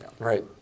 Right